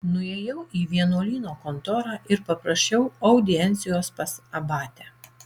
nuėjau į vienuolyno kontorą ir paprašiau audiencijos pas abatę